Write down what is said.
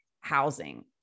housing